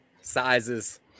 sizes